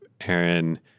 Aaron